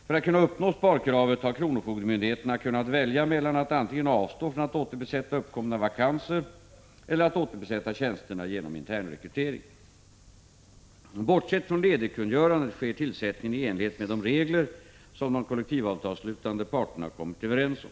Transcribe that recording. För att kunna uppnå sparkravet har kronofogdemyndigheterna kunnat välja mellan att antingen avstå från att återbesätta uppkomna vakanser eller som de kollektivavtalsslutande parterna har kommit överens om.